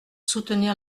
soutenir